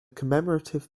commemorative